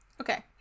Okay